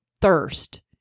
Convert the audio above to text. thirst